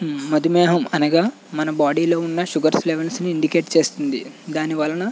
మధుమేహం అనగా మన బాడీలో ఉన్న షుగర్స్ లెవెల్స్ని ఇండికేట్ చేస్తుంది దానివలన